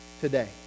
Today